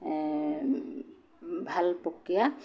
ভাল প্ৰক্ৰিয়া